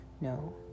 No